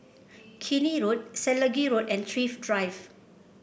Keene Road Selegie Road and Thrift Drive